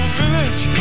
village